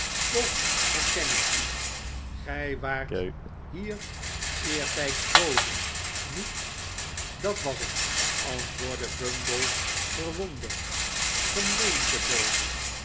toch herken ik u gij waart hier eertijds bode niet dat was ik antwoordde bumble verwonderd